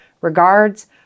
regards